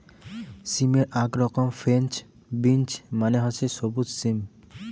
সিমের আক রকম ফ্রেঞ্চ বিন্স মানে হসে সবুজ সিম